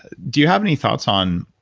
do you have any thoughts on,